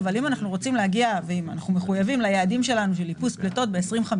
אבל אם אנחנו מחויבים ליעדים שלנו של איפוס פליטות ב-2050,